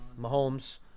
Mahomes